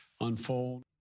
unfold